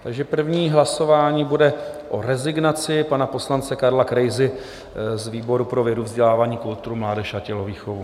Takže první hlasování bude o rezignaci pana poslance Karla Krejzy z výboru pro vědu, vzdělání, kulturu, mládež a tělovýchovu.